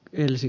elsi